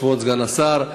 כבוד סגן השר,